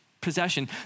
possession